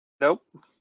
Nope